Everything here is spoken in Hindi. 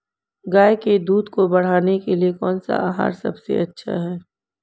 गाय के दूध को बढ़ाने के लिए कौनसा आहार सबसे अच्छा है?